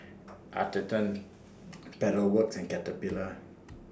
Atherton Pedal Works and Caterpillar